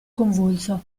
convulso